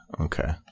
Okay